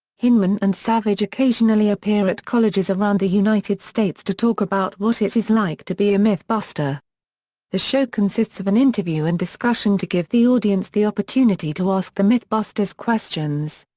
hyneman and savage occasionally appear at colleges around the united states to talk about what it is like to be a mythbuster the show consists of an interview and discussion to give the audience the opportunity to ask the mythbusters questions.